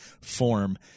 form